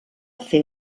fer